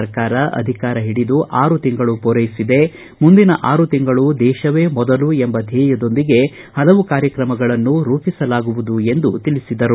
ಸರ್ಕಾರ ಅಧಿಕಾರ ಹಿಡಿದು ಆರು ತಿಂಗಳು ಪೂರೈಸಿದೆ ಮುಂದಿನ ಆರು ತಿಂಗಳು ದೇಶವೇ ಮೊದಲು ಎಂಬ ಧ್ವೇಯದೊಂದಿಗೆ ಹಲವು ಕಾರ್ಯಕ್ರಮಗಳನ್ನು ರೂಪಿಸಲಾಗುವುದು ಎಂದು ತಿಳಿಸಿದರು